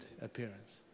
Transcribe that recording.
appearance